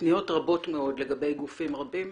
פניות רבות מאוד לגבי גופים רבים.